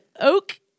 oak